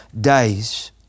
days